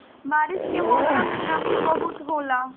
बारिश के मौसम में नमी बहुते होला